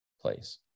place